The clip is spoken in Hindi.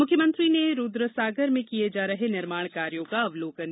मुख्यमंत्री ने रूद्रसागर में किये जा रहे निर्माण कार्यों का अवलोकन किया